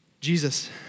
Jesus